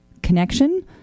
Connection